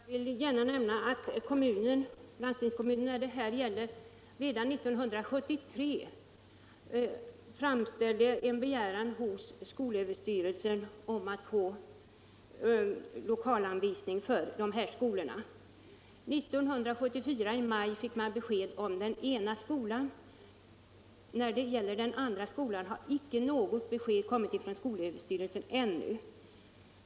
Herr talman! Jag vill gärna nämna att den landstingskommun det här gäller redan i mars 1973 hemställde hos skolöverstyrelsen om att få Ilokalanvisning för dessa skolor. I maj 1974 fick man besked om den ena skolan. Beträffande den andra skolan har icke något besked ännu kommit från skolöverstyrelsen.